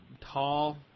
tall